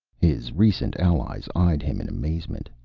his recent allies eyed him in amazement,